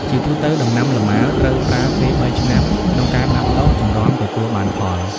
ជាទូទៅ ដំណាំលម៉ើ ត្រូវប្រើពេល៣ឆ្នាំ ក្នុងការដាំដុះ ទម្រាំទទួលបានផល។